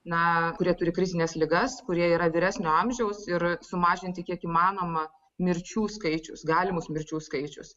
na kurie turi krizines ligas kurie yra vyresnio amžiaus ir sumažinti kiek įmanoma mirčių skaičius galimus mirčių skaičius